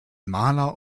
maler